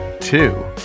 two